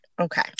Okay